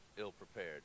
ill-prepared